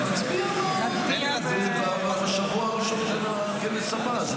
אז נצביע בשבוע הראשון של הכנס הבא.